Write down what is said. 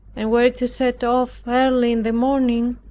and were to set off early in the morning,